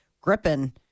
gripping